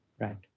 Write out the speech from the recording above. Right